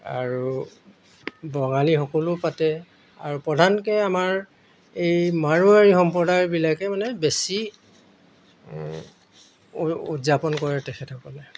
আৰু বঙালীসকলো পাতে আৰু প্ৰধানকৈ আমাৰ এই মাৰুৱাৰী সম্প্ৰদায়বিলাকে মানে বেছি উদযাপন কৰে তেখেতসকলে